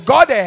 God